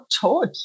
taught